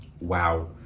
Wow